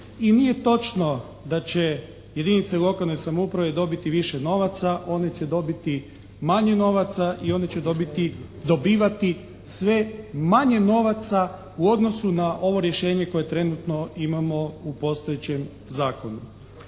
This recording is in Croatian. i nije točno da će jedinice lokalne samouprave dobiti više novaca. One će dobiti manje novaca i one će dobivati sve manje novaca u odnosu na ovo rješenje koje trenutno imamo u postojećem zakonu.